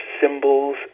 symbols